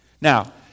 Now